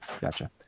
gotcha